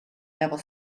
never